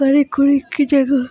करी कुरी इक्कै जगह